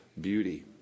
beauty